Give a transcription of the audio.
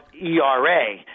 ERA